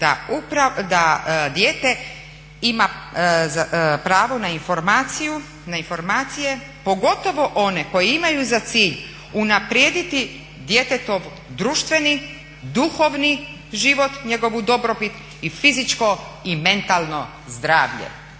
da dijete ima pravo na informacije pogotovo one koje imaju za cilj unaprijediti djetetov društveni, duhovni život, njegovu dobrobit i fizičko i mentalno zdravlje.